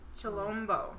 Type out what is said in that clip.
Cholombo